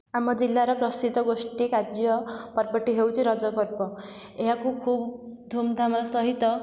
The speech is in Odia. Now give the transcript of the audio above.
ଆମ ଜିଲ୍ଲାର ପ୍ରସିଦ୍ଧ ଗୋଷ୍ଠୀ କାର୍ଯ୍ୟ ପର୍ବ ଟି ହେଉଛି ରଜ ପର୍ବ ଏହାକୁ ଖୁବ୍ ଧୂମ୍ ଧାମ ର ସହିତ